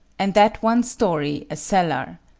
and that one story a cellar.